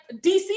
DC